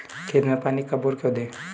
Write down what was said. खेत में पानी कब और क्यों दें?